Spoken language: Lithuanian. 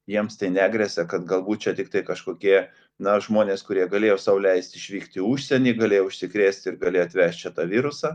jiems tai negresia kad galbūt čia tiktai kažkokie na žmonės kurie galėjo sau leisti išvykti į užsienį galėjo užsikrėsti ir galėjo atvežti tą virusą